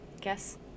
guess